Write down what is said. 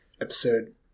episode